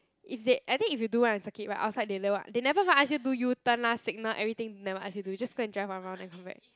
if they I think if you do well in circuit right outside they never they never even ask you do you turn lah signal everything never ask you do just go and drive one round then come back